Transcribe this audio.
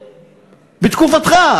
בתקופתך.